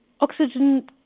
Oxygen